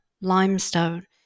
limestone